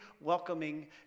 welcoming